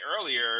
earlier